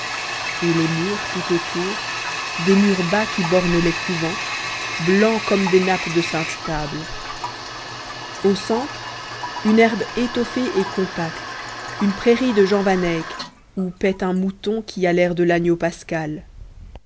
et les murs tout autour des murs bas qui bornent les couvents blancs comme des nappes de sainte table au centre une herbe étoffée et compacte une prairie de jean van eyck où paît un mouton qui a l'air de l'agneau pascal